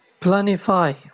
Planify